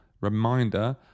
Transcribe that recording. reminder